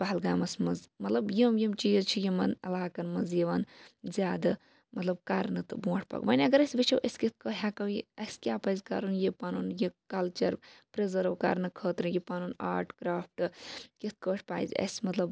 پَہَلگامَس مَنٛز مَطلَب یِم یِم چیٖز چھِ یِمَن عَلاقَن مَنٛز یِوان زیادٕ مَطلَب کَرنہٕ تہٕ بونٛٹھ پَکنہٕ وۄنۍ اگر أسۍ وٕچھو أسۍ کِتھ کنۍ ہیٚکو یہِ اسہِ کیاہ پَزِ کَرُن یہِ پَنُن یہِ کَلچَر پرزیٚرِو کَرنہٕ خٲطرٕ یہِ پَنُن آرٹ کرافٹ کِتھ کٲنٛٹھ پَزِ اَسہِ مطلب